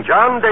John